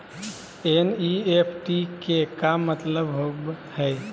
NEFT के का मतलव होव हई?